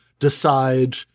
decide